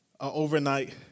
overnight